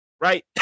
right